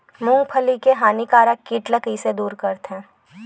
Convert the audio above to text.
मूंगफली के हानिकारक कीट ला कइसे दूर करथे?